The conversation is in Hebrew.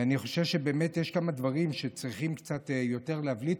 אני חושב שבאמת יש כמה דברים שצריכים קצת יותר להבליט,